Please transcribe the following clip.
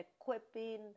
equipping